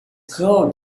code